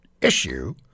issue